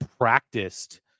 practiced